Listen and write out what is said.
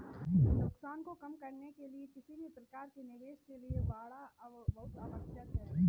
नुकसान को कम करने के लिए किसी भी प्रकार के निवेश के लिए बाड़ा बहुत आवश्यक हैं